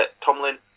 Tomlin